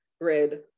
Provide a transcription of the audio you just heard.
Grid